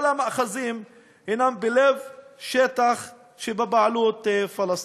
כל המאחזים הם בלב שטח בבעלות פלסטינית.